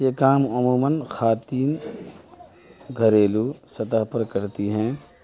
یہ کام عموماً خواتین گھریلو سطح پر کرتی ہیں